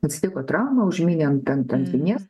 atsitiko trauma užmynė ant ant ant vinies